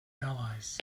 allies